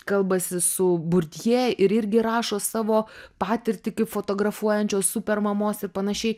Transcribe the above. kalbasi su burtjė ir irgi rašo savo patirtį kaip fotografuojančios supermamos ir panašiai